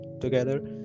together